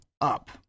up